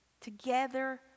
Together